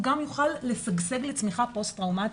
גם יוכל לשגשג לצמיחה פוסט טראומטית.